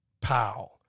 pow